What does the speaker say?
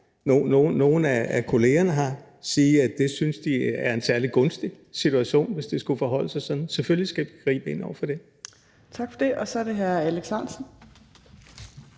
nogen af kollegerne her sige, at det synes de er en særlig gunstig situation, hvis det skulle forholde sig sådan. Selvfølgelig skal vi gribe ind over for det. Kl. 15:01 Fjerde næstformand